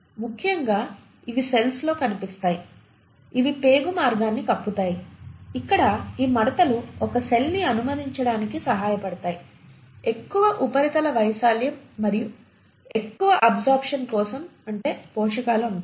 ముఖ్యంగా ఇవి సెల్స్ లో కనిపిస్తాయి ఇవి పేగు మార్గాన్ని కప్పుతాయి ఇక్కడ ఈ మడతలు ఒక సెల్ ని అనుమతించటానికి సహాయపడతాయి ఎక్కువ ఉపరితల వైశాల్యం మరింత ఎక్కువ అబ్సర్ప్షన్ కోసం అంటే పోషకాలు అనుకోండి